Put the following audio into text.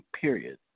period